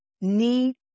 need